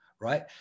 Right